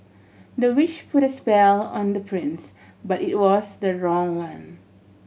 the witch put a spell on the prince but it was the wrong one